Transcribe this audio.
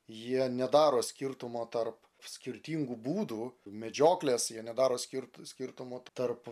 jie nedaro skirtumo tarp skirtingų būdų medžioklės jie nedaro skirt skirtumų tarp